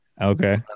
Okay